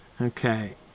Okay